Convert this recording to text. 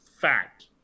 fact